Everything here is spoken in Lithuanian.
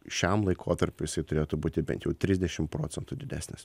šiam laikotarpiui jisai turėtų būti bent jau trisdešim procentų didesnis